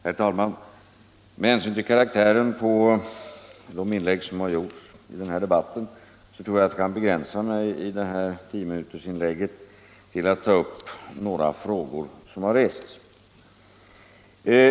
Herr talman! Med hänsyn till karaktären på de inlägg som har gjorts i denna debatt tror jag att jag i detta tiominutersinlägg kan begränsa mig till att ta upp några frågor som har rests.